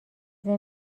ضمن